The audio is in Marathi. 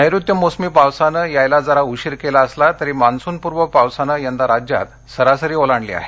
नैऋत्य मोसमी पावसानं यायला जरा उशीर केला असला तरी मान्सून पूर्व पावसानं यंदा राज्यात सरासरी ओलांडली आहे